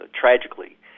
tragically